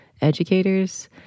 educators